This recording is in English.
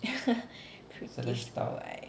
british blue eye